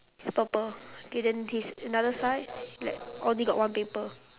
purple okay then his another side like only got one paper